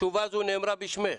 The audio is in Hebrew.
התשובה הזאת נאמרה בשמך.